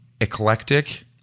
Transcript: eclectic